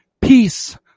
peace